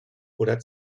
oder